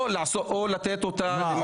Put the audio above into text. או לתת אותה למפעל ראוי.